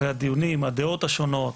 אחרי הדיונים, הדעות השונות,